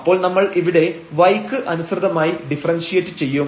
അപ്പോൾ നമ്മൾ ഇവിടെ y ക്ക് അനുസൃതമായി ഡിഫറെൻഷിയേറ്റ് ചെയ്യും